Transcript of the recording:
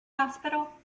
hospital